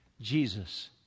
Jesus